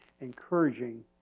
encouraging